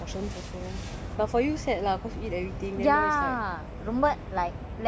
ya maybe that's why they but for you sad lah cause you eat everything